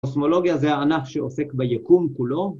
קוסמולוגיה זה הענף ‫שעוסק ביקום כולו.